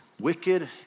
wicked